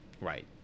right